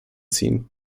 ziehen